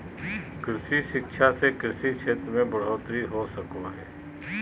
कृषि शिक्षा से कृषि क्षेत्र मे बढ़ोतरी हो सको हय